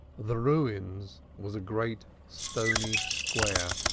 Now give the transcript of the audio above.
the ruins was a great stony square,